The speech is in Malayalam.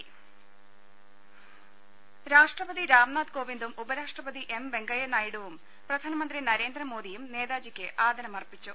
ദേദ രാഷ്ട്രപതി രാംനാഥ് കോവിന്ദും ഉപരാഷ്ട്രപതി എം വെങ്കയ്യ നായിഡുവും പ്രധാനമന്ത്രി നരേന്ദ്രമോദിയും നേതാജിക്ക് ആദരമർപ്പിച്ചു